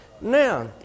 Now